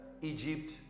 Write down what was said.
Egypt